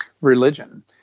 Religion